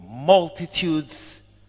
Multitudes